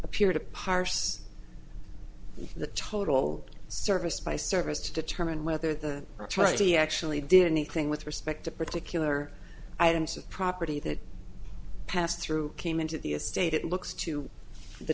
appear to parse the total service by service to determine whether the try to actually did anything with respect to particular items of property that passed through came into the estate it looks to the